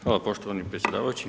Hvala poštovani predsjedavajući.